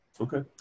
Okay